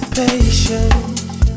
patient